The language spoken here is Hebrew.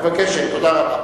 את מבקשת, תודה רבה.